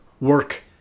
work